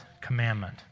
commandment